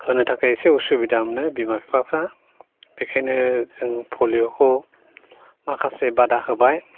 होनो थाखाय एसे उसुबिदा मोनो बिमा बिफाफ्रा बेखायनो जों पलियखौ माखासे बादा होबाय